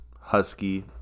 Husky